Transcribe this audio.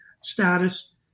status